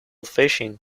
fishing